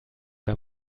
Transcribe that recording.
bei